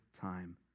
time